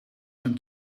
zijn